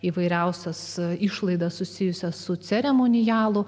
įvairiausias išlaidas susijusias su ceremonialų